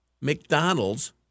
McDonald's